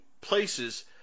places